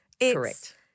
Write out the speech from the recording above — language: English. Correct